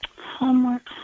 Homework